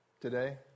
today